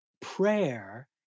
prayer